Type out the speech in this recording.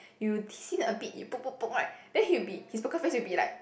you tease him a bit you poke poke poke right then he'll be his poker face will be like